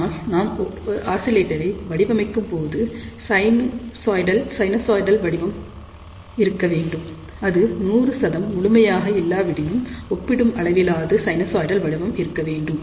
ஆனால் நாம் ஒரு ஆசிலேட்டர் ஐ வடிவமைக்கும்போது சைனுசொய்டல் வடிவம் இருக்க வேண்டும் அது 100 முழுமையாக இல்லாவிடினும் ஒப்பிடும் அளவிலாவது சைனுசொய்டல் வடிவம் இருக்க வேண்டும்